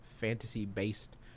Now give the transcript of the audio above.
fantasy-based